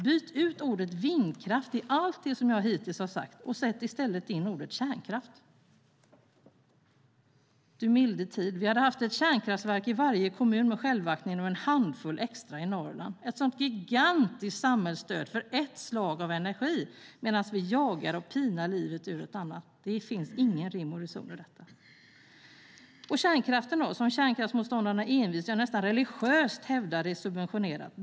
Byt ut ordet "vindkraft" i allt som jag hittills sagt mot ordet "kärnkraft". Du milde tid! Vi hade haft ett kärnkraftverk i varje kommun med självaktning och en handfull extra i Norrland. Ett sådant gigantiskt samhällsstöd vi ger ett energislag medan vi jagar och pinar livet ur ett annat! Det finns ingen rim och reson i detta. Kärnkraftsmotståndarna hävdar envist, nästan religiöst, att kärnkraften är subventionerad.